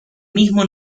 mismo